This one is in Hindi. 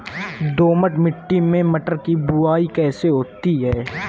दोमट मिट्टी में मटर की बुवाई कैसे होती है?